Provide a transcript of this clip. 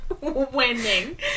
Winning